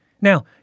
Now